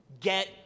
Get